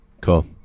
cool